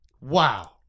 Wow